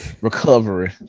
recovery